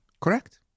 Correct